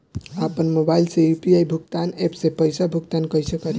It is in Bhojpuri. आपन मोबाइल से यू.पी.आई भुगतान ऐपसे पईसा भुगतान कइसे करि?